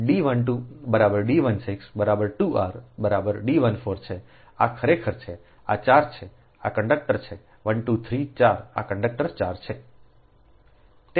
તેથી D 1 2 બરાબર D 1 6 બરાબર 2 r બરાબર D 14 છે આ ખરેખર છેઆ 4 છે આ કંડક્ટર છે 1 2 3 4 આ કંડક્ટર 4 છે